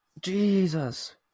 Jesus